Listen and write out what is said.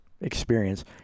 experience